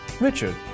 Richard